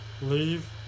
leave